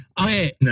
okay